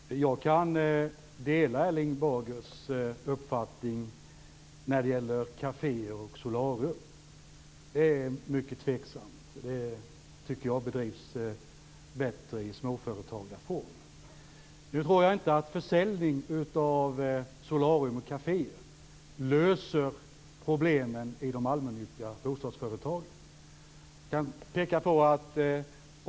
Herr talman! Jag kan dela Erling Bagers uppfattning när det gäller kaféer och solarier. Detta är mycket tveksamt. Sådant tycker jag bedrivs bättre i småföretagsform. Nu tror jag inte att försäljning av kaféer och solarier löser problemen i de allmännyttiga bostadsföretagen.